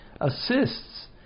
assists